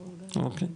אוקיי.